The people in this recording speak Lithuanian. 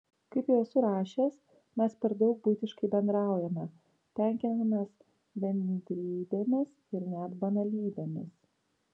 kaip jau esu rašęs mes per daug buitiškai bendraujame tenkinamės bendrybėmis ir net banalybėmis